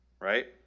Right